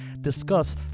discuss